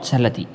चलति